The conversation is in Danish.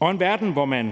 er en verden, hvor vi